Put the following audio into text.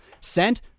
sent